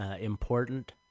important